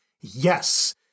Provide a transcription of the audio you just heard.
Yes